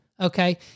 Okay